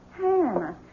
Hannah